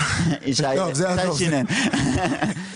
לא, לדעתי אי אפשר לאכוף את זה.